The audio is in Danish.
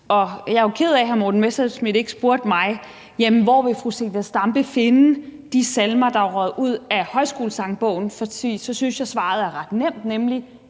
Jeg er jo ked af, at hr. Morten Messerschmidt ikke spurgte mig om, hvor jeg ville finde de salmer, der er røget ud af Højskolesangbogen, for så synes jeg at svaret er ret nemt,